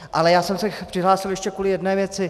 Ale já jsem se přihlásil ještě kvůli jedné věci.